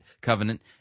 covenant